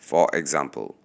for example